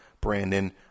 Brandon